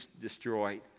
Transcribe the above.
destroyed